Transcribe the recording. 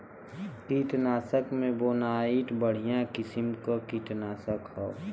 कीटनाशक में बोनाइट बढ़िया किसिम क कीटनाशक हौ